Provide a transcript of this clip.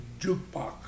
jukebox